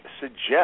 suggest